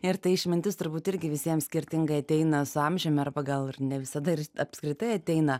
ir ta išmintis turbūt irgi visiem skirtingai ateina su amžiumi arba gal ir ne visada ir apskritai ateina